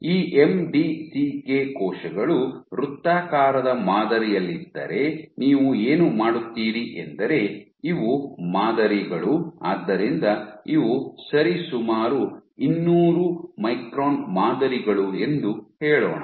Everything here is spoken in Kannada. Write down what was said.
ಈ ಎಂಡಿಸಿಕೆ ಕೋಶಗಳು ವೃತ್ತಾಕಾರದ ಮಾದರಿಯಲ್ಲಿದ್ದರೆ ನೀವು ಏನು ಮಾಡುತ್ತೀರಿ ಎಂದರೆ ಇವು ಮಾದರಿಗಳು ಆದ್ದರಿಂದ ಇವು ಸರಿಸುಮಾರು ಇನ್ನೂರು ಮೈಕ್ರಾನ್ ಮಾದರಿಗಳು ಎಂದು ಹೇಳೋಣ